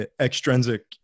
extrinsic